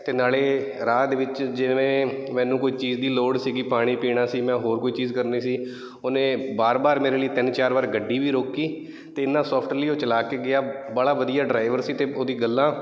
ਅਤੇ ਨਾਲੇ ਰਾਹ ਦੇ ਵਿੱਚ ਜਿਵੇਂ ਮੈਨੂੰ ਕੋਈ ਚੀਜ਼ ਦੀ ਲੋੜ ਸੀਗੀ ਪਾਣੀ ਪੀਣਾ ਸੀ ਮੈਂ ਹੋਰ ਕੋਈ ਚੀਜ਼ ਕਰਨੀ ਸੀ ਉਹਨੇ ਬਾਰ ਬਾਰ ਮੇਰੇ ਲਈ ਤਿੰਨ ਚਾਰ ਵਾਰ ਗੱਡੀ ਵੀ ਰੋਕੀ ਅਤੇ ਇੰਨਾ ਸੌਫਟਲੀ ਉਹ ਚਲਾ ਕੇ ਗਿਆ ਬਾਲਾ ਵਧੀਆ ਡਰਾਈਵਰ ਸੀ ਅਤੇ ਉਹਦੀਆਂ ਗੱਲਾਂ